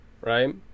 right